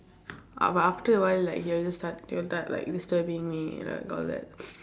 ah but after a while like he will just start he will start like disturbing me like all that